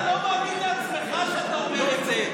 אתה לא מאמין לעצמך כשאתה אומר את זה.